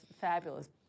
fabulous